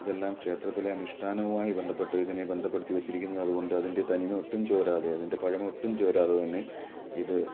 ഇതെല്ലാം ക്ഷേത്രത്തിലെ അനുഷ്ടാനവുമായി ബന്ധപ്പെട്ട് ഇതിനെ ബന്ധപ്പെടുത്തി വച്ചിരിക്കുന്നതു കൊണ്ട് അതിൻ്റെ തനിമ ഒട്ടും ചോരാതെ അതിൻ്റെ പഴമ ഒട്ടും ചോരാതെ തന്നെ ഇത്